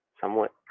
somewhat